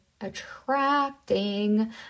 attracting